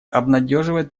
обнадеживает